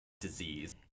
disease